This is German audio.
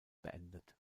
beendet